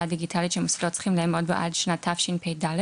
הדיגיטלית שמוסדות צריכים לעמוד בה עד שנת תשפ"ד.